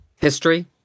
history